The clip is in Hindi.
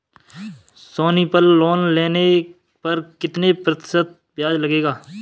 सोनी पल लोन लेने पर कितने प्रतिशत ब्याज लगेगा?